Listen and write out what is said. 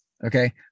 Okay